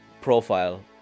profile